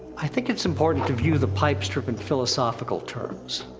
i think it's important to view the pipe strip in philosophical terms.